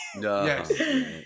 yes